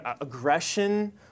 aggression